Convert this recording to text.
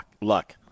Luck